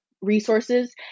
resources